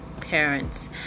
parents